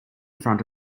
front